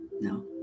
No